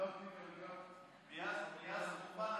שאילתה ראשונה,